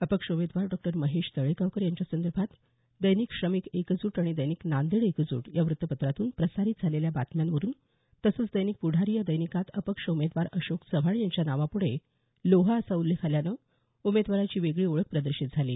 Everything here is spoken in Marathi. अपक्ष उमेदवार डॉ महेश तळेगावकर यांच्यासंदर्भात दैनिक श्रमिक एकजूट आणि दैनिक नांदेड एकजूट या व्त्तपत्रातून प्रसारीत झालेल्या बातम्यांवरून तसंच दैनिक पुढारी या दैनिकात अपक्ष उमेदवार अशोक चव्हाण यांच्या नावापुढे लोहा असा उल्लेख आल्यानं उमेदवाराची वेगळी ओळख प्रदर्शित झाली